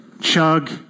Chug